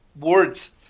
words